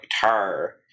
guitar